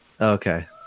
Okay